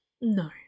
no